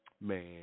man